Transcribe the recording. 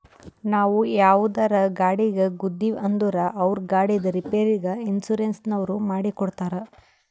ನಾವು ಯಾವುದರೇ ಗಾಡಿಗ್ ಗುದ್ದಿವ್ ಅಂದುರ್ ಅವ್ರ ಗಾಡಿದ್ ರಿಪೇರಿಗ್ ಇನ್ಸೂರೆನ್ಸನವ್ರು ಮಾಡಿ ಕೊಡ್ತಾರ್